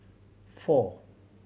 four